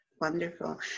Wonderful